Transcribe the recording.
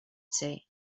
city